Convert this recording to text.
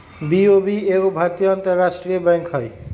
BOB एगो भारतीय अंतरराष्ट्रीय बैंक हइ